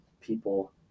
people